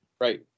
Right